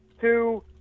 Two